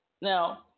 Now